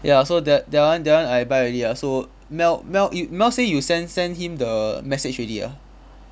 ya so that that one that one I buy already ah so mel mel you mel you send send him the message already ah